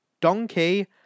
Donkey